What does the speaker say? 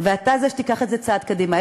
ואתה זה שתיקח את זה צעד קדימה.